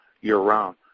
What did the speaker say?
year-round